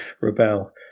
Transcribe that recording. rebel